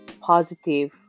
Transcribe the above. positive